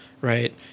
Right